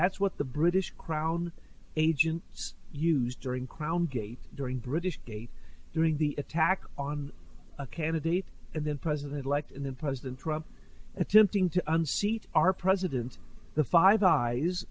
that's what the british crown agents used during crown gave during british case during the attack on a candidate and then president elect and then president trump attempting to unseat our president the five eyes